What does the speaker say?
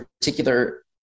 particular